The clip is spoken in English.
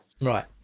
Right